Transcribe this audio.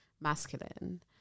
masculine